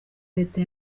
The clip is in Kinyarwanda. leta